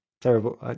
terrible